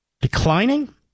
Declining